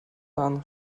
tan